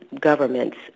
governments